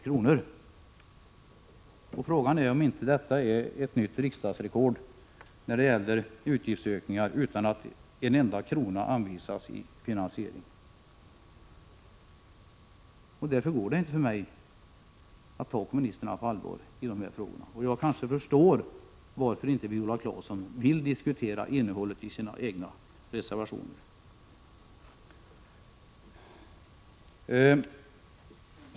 1986/87:113 riksdagsrekord när det gäller utgiftsökningar utan att en enda krona anvisas 29 april 1987 för finansiering. Därför kan jag inte ta kommunisterna på allvar i dessa frågor. Jag kanske förstår varför Viola Claesson inte vill diskutera innehållet i sina egna reservationer.